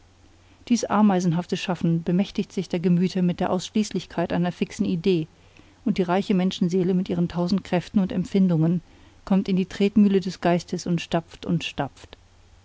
dies ameisenhafte schaffen bemächtigt sich der gemüter mit der ausschließlichkeit einer fixen idee und die reiche menschenseele mit ihren tausend kräften und empfindungen kommt in die tretmühle des geistes und stapft und stapft